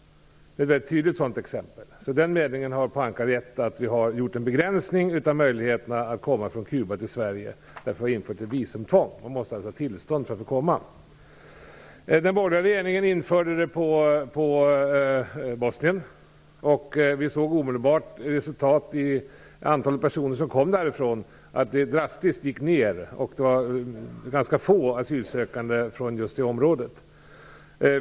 Det är ett tydligt exempel på detta. Pohanka har alltså rätt i den meningen att vi har gjort en begränsning av möjligheterna att komma från Kuba till Sverige. Vi har infört ett visumtvång, så att man måste ha tillstånd för att få komma hit. Den borgerliga regeringen införde visumtvång vad gällde Bosnien. Vi såg ett omedelbart resultat i form av att antalet personer som kom därifrån drastiskt gick ned. Det var ganska få asylsökande från just det området.